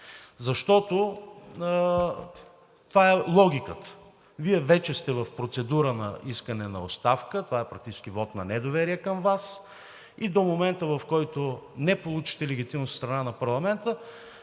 защото това е логиката. Вие вече сте в процедура на искане на оставка, това е практически вот на недоверие към Вас и до момента, в който не получите легитимност от страна на парламента,